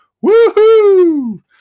woo-hoo